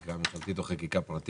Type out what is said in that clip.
אם חקיקה ממשלתית או חקיקה פרטית.